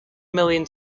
million